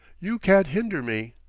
you can't hinder me.